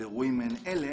אירועים מעין אלה